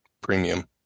premium